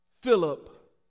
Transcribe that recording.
Philip